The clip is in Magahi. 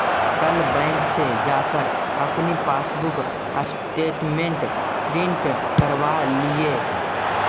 कल बैंक से जाकर अपनी पासबुक स्टेटमेंट प्रिन्ट करवा लियह